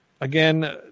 Again